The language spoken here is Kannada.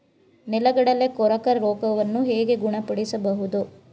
ನೆಲಗಡಲೆ ಕೊರಕ ರೋಗವನ್ನು ಹೇಗೆ ಗುಣಪಡಿಸಬಹುದು?